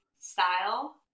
style